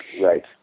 Right